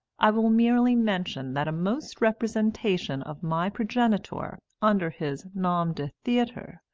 i will merely mention that a most representation of my progenitor, under his nom de theatre,